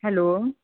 hello